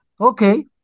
Okay